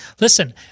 listen